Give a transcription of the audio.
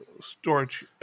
storage